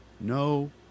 no